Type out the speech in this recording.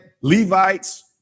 Levites